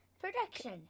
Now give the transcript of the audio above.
production